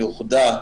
היא אוחדה,